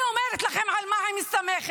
אני קורא אותך לסדר כמה פעמים.